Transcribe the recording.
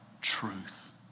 truth